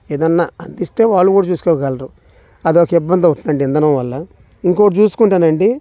ఏదైనా అందిస్తే వాళ్ళు కూడా చూసుకోగలరు అదొక ఇబ్బంది అవుతుందండి ఇంధనం వల్ల ఇంకొకటి చేసుకుంటేనండి